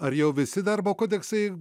ar jau visi darbo kodeksai